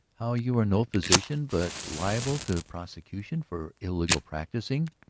how you are no physician but liable to prosecution for illegal practising?